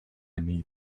need